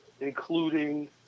including